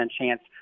chance